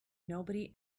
nobody